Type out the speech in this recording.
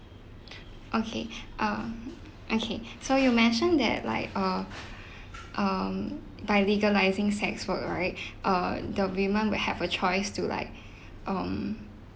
okay um okay so you mention that like err um by legalising sex work right err the women will have a choice to like um